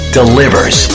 delivers